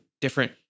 different